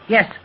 Yes